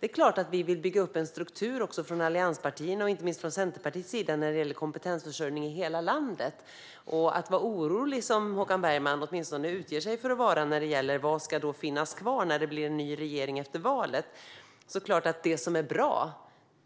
Det är klart att vi från allianspartierna, och inte minst från Centerpartiets sida, vill bygga upp en struktur när det gäller kompetensförsörjning i hela landet. Håkan Bergman utger sig åtminstone för att vara orolig över vad som ska finnas kvar när det blir en ny regering efter valet.